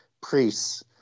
priests